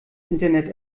internet